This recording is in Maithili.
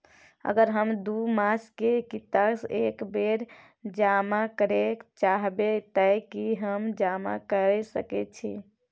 अगर हम दू मास के किस्त एक बेर जमा करे चाहबे तय की हम जमा कय सके छि?